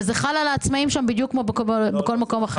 וזה חל על העצמאים שם בדיוק כמו בכל מקום אחר.